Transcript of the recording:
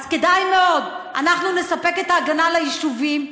אז כדאי מאוד, אנחנו נספק את ההגנה ליישובים.